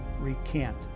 recant